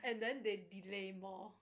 and then they delay more